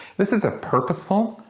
this is a purposeful,